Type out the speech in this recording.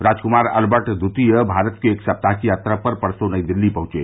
Rajkumar Albert द्वितीय भारत की एक सप्ताह की यात्रा पर परसों नई दिल्ली पहुंचे